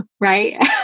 right